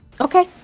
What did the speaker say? Okay